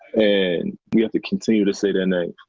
and we have to continue to sit in that.